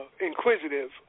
Inquisitive